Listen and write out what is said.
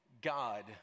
God